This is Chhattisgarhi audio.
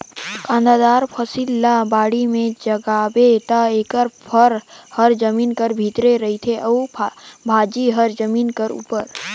कांदादार फसिल ल बाड़ी में जगाबे ता एकर फर हर जमीन कर भीतरे रहथे अउ भाजी हर जमीन कर उपर